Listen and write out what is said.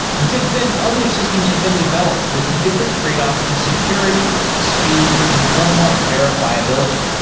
and since then other systems have been developed with different trade-offs in security, speed and formal verifiability.